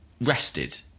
rested